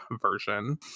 version